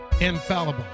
infallible